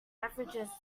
beverages